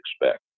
expect